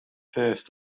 fêst